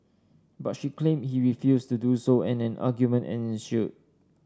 but she claimed he refused to do so and an argument ensued